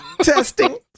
testing